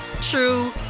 true